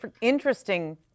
interesting